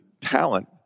talent